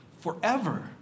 Forever